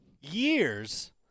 years